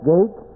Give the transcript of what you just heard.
Gate